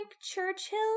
Churchill